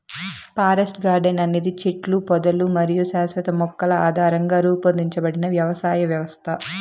forest garden అనేది చెట్లు, పొదలు మరియు శాశ్వత మొక్కల ఆధారంగా రూపొందించబడిన వ్యవసాయ వ్యవస్థ